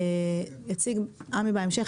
בהמשך